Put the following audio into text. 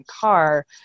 car